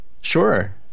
Sure